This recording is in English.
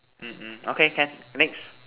mmhmm okay can next